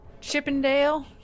Chippendale